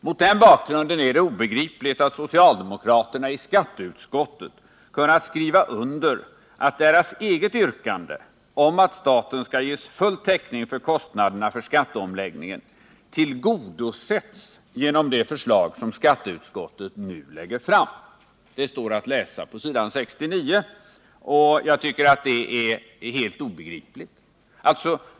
Mot den bakgrunden är det obegripligt att socialdemokraterna i skatteutskottet har kunnat skriva under att deras eget yrkande om att staten skall ges full täckning för kostnaderna för skatteomläggningen tillgodosetts genom det förslag som skatteutskottet nu lägger fram. Detta står att läsa på s. 69. Jag tycker att det här är helt obegripligt.